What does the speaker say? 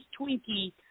Twinkie